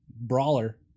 Brawler